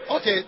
Okay